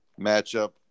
matchup